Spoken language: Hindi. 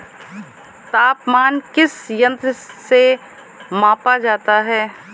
तापमान किस यंत्र से मापा जाता है?